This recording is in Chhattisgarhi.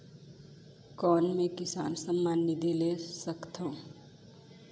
कौन मै किसान सम्मान निधि ले सकथौं?